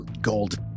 gold